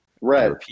Red